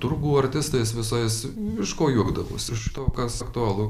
turgų artistais visais iš ko juokdavosi iš to kas aktualu